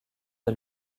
dès